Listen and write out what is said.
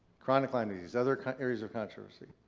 chronic lyme disease. other areas of controversy.